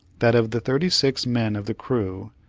that of the thirty-six men of the crew,